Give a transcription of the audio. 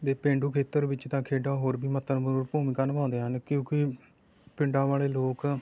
ਅਤੇ ਪੇਂਡੂ ਖੇਤਰ ਵਿੱਚ ਤਾਂ ਖੇਡਾਂ ਹੋਰ ਵੀ ਮਹੱਤਵਪੂਰਨ ਭੂਮਿਕਾ ਨਿਭਾਉਂਦੀਆਂ ਹਨ ਕਿਉਂਕਿ ਪਿੰਡਾਂ ਵਾਲੇ ਲੋਕ